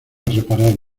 reparar